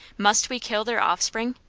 must we kill their offspring?